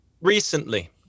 recently